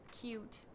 cute